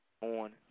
on